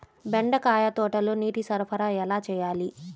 బెండకాయ తోటలో నీటి సరఫరా ఎలా చేయాలి?